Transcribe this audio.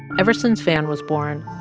ever since van was born,